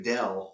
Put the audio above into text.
Dell